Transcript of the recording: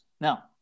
Now